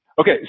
Okay